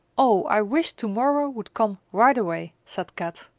oh, i wish to-morrow would come right away, said kat.